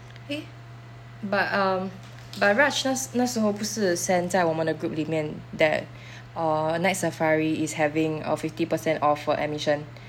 eh but um but raj 那时那时候不是 send 在我们的 group 里面 that uh night safari is having a fifty percent off for admission